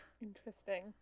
Interesting